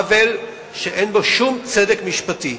עוול שאין בו שום צדק משפטי.